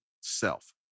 self